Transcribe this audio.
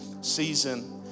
season